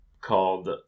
called